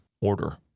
order